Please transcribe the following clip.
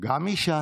אישה